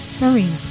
Marina